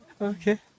Okay